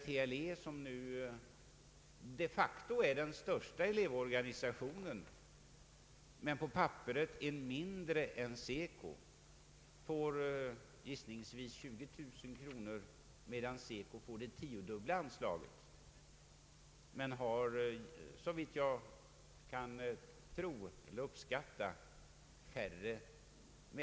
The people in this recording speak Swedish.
TLE som de facto är den största elevorganisationen men som på papperet är mindre än SECO får nu gissningsvis 20 000 kronor, medan SECO får det tiodubbla anslaget.